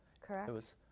correct